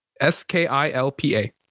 S-K-I-L-P-A